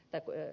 pelko ja